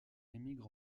émigre